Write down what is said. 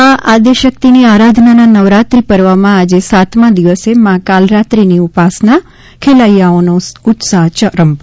મા આદ્યશક્તિની આરાધનાના નવરાત્રિ પર્વમાં આજે સાતમા દિવસે મા કાલરાત્રિની ઉપાસના ખેલૈયાઓનો ઉત્સાહ ચરમ પર